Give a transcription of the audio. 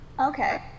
Okay